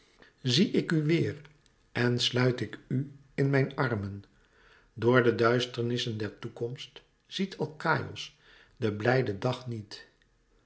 zie ik u weêr en sluit ik u in mijn armen door de duisternissen der toekomst ziet alkaïos dien blijden dag niet